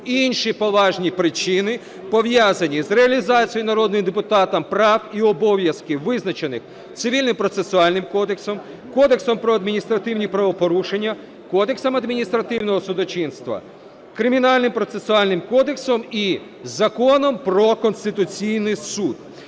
Інші поважні причини, пов'язані з реалізацією народним депутатом прав і обов'язків, визначених Цивільно-процесуальним кодексом, Кодексом про адміністративні порушення, Кодексом адміністративного судочинства, Кримінально-процесуальним кодексом і Законом про Конституційний Суд.